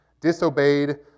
disobeyed